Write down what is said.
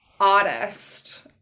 artist